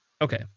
Okay